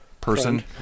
person